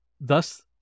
thus